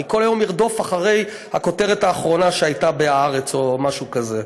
אני כל היום ארדוף אחרי הכותרת האחרונה שהייתה ב"הארץ" או משהו כזה.